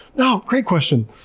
no, great question!